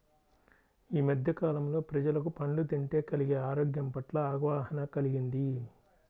యీ మద్దె కాలంలో ప్రజలకు పండ్లు తింటే కలిగే ఆరోగ్యం పట్ల అవగాహన కల్గింది